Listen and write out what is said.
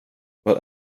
vad